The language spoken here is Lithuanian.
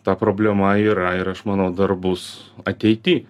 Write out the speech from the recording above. ta problema yra ir aš manau dar bus ateity